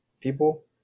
people